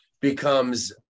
becomes